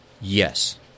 Yes